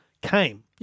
came